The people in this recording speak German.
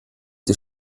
des